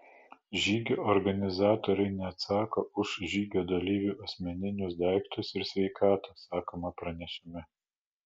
žygio organizatoriai neatsako už žygio dalyvių asmeninius daiktus ir sveikatą sakoma pranešime